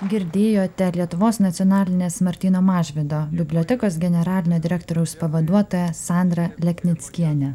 girdėjote lietuvos nacionalinės martyno mažvydo bibliotekos generalinio direktoriaus pavaduotoja sandra leknickienė